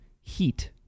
heat